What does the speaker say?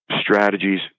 strategies